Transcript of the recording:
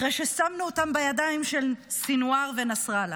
אחרי ששמנו אותם בידיים של סנוואר ונסראללה.